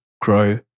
grow